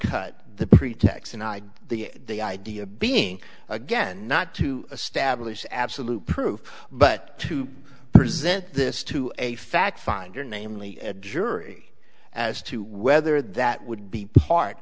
undercut the pretext and i the the idea being again not to establish absolute proof but to present this to a fact finder namely jury as to whether that would be part